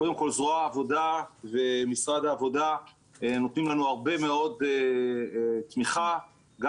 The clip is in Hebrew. קודם כל זרוע העבודה ומשרד העבודה נותנים לנו הרבה מאוד תמיכה גם